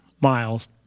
miles